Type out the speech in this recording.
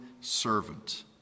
servant